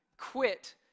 quit